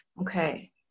Okay